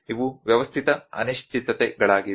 ಆದ್ದರಿಂದ ಇವು ವ್ಯವಸ್ಥಿತ ಅನಿಶ್ಚಿತತೆಗಳಾಗಿವೆ